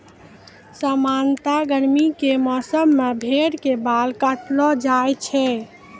सामान्यतया गर्मी के मौसम मॅ भेड़ के बाल काटलो जाय छै